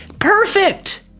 Perfect